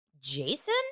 Jason